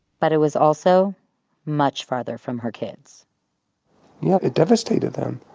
but it was also much farther from her kids yeah it devastated them.